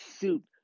suit